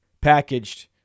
Packaged